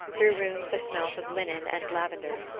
through rooms that smelt of linen and lavender.